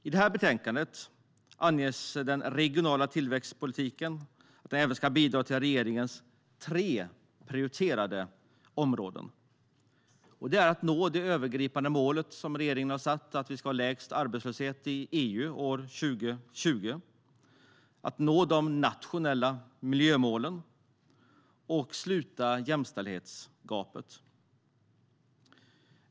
I betänkandet anges att den regionala tillväxtpolitiken även ska bidra till regeringens tre prioriterade områden: att nå det övergripande målet som regeringen satt, det vill säga att vi ska ha lägst arbetslöshet i EU år 2020, att nå de nationella miljömålen samt att sluta jämställdhetsgapet.